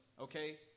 okay